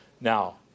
Now